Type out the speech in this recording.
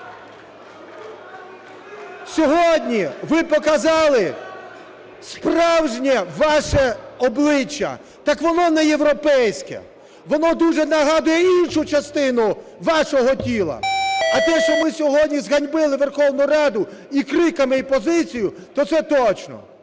Сьогодні ви показали справжнє ваше обличчя. Так воно не європейське, воно дуже нагадує іншу частину вашого тіла. А те, що ми сьогодні зганьбили Верховну Раду і криками, і позицією, то це точно.